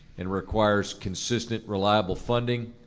and requires consistent, reliable funding.